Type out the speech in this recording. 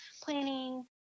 planning